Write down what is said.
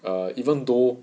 err even though